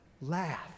Laugh